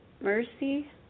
mercy